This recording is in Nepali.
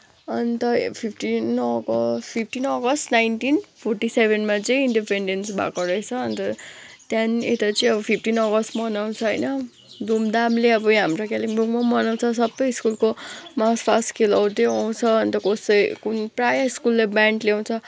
अन्त fifteen August fifteen August nineteen forty सेभेनमा चाहिँ इन्डेपेनडेन्स भएको रहेछ अन्त त्यहाँदेखि यता चाहिँ अब फिफ्टिन अगस्त मनाउँछ होइन धुमधामले अब यहाँ हाम्रो कालिम्पोङमा मनाउँछ सबै स्कुलको मार्चपास्ट खेलाउँदै आउँछ अन्त कसै कुन प्रायः स्कुलले ब्यान्ड ल्याउँछ